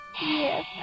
Yes